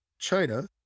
China